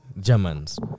Germans